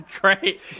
great